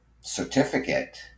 certificate